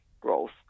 growth